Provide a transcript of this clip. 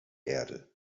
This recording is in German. erde